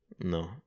No